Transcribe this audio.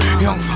Young